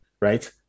right